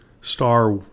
star